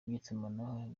by’itumanaho